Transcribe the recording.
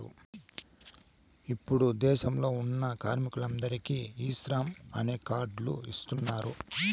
ఇప్పుడు దేశంలో ఉన్న కార్మికులందరికీ ఈ శ్రమ్ అనే కార్డ్ లు ఇస్తున్నారు